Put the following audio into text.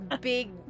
big